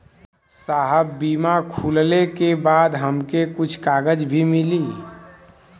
साहब बीमा खुलले के बाद हमके कुछ कागज भी मिली?